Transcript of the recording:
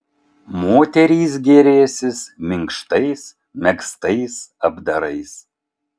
moterys gėrėsis minkštais megztais apdarais